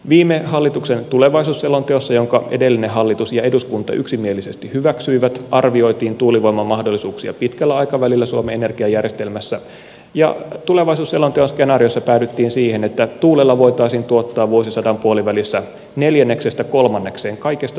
viime hallituksen tulevaisuusselonteossa jonka edellinen hallitus ja eduskunta yksimielisesti hyväksyivät arvioitiin tuulivoiman mahdollisuuksia pitkällä aikavälillä suomen energiajärjestelmässä ja tulevaisuusselonteon skenaariossa päädyttiin siihen että tuulella voitaisiin tuottaa vuosisadan puolivälissä neljänneksestä kolmannekseen kaikesta suomen sähköstä